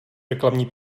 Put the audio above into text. reklamní